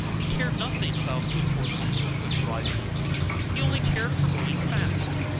he cared nothing about good horses or good driving he only cared for going fast.